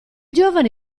giovane